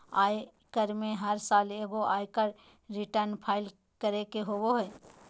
आयकर में हर साल एगो आयकर रिटर्न फाइल करे के होबो हइ